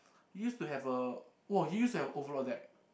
used to have a oh he used to have a overlord deck